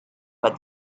but